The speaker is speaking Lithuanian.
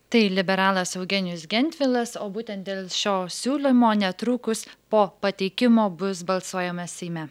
tai liberalas eugenijus gentvilas o būtent dėl šio siūlymo netrukus po pateikimo bus balsuojama seime